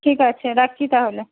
ঠিক আছে রাখছি তাহলে